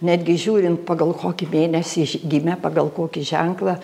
netgi žiūrint pagal kokį mėnesį gimė pagal kokį ženklą